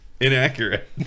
inaccurate